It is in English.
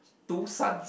two sons